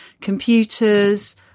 computers